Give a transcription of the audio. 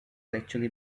actually